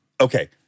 Okay